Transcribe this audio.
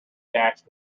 dashed